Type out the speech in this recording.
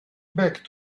back